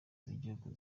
z’igihugu